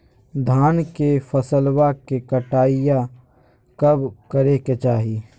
धान के फसलवा के कटाईया कब करे के चाही?